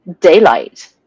daylight